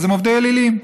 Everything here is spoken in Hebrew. אז הם עובדי אלילים,